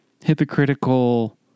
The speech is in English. Hypocritical